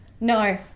No